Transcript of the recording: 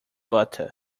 butter